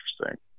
interesting